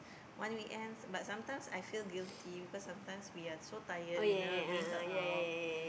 one weekends but sometimes I feel guilty because sometimes we are so tired we never bring her out